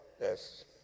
Yes